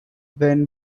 when